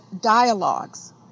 dialogues